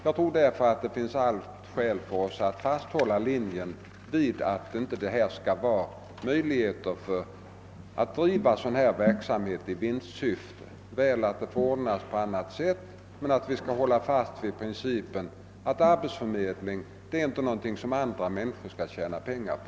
Jag menar därför att det är allt skäl för oss att fasthålla vid linjen att det inte skall vara möjligt att driva sådan här verksamhet i vinstsyfte. Väl får det ordnas på annat sätt, men arbetsförmedling skall inte vara någonting som andra människor tjänar pengar på.